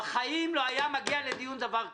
בחיים לא היה מגיע לדיון דבר כזה.